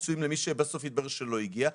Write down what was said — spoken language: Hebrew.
שיחלקו למי שלא מגיע.